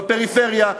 בפריפריה,